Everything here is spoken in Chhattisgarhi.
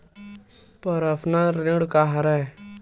पर्सनल ऋण का हरय?